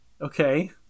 Okay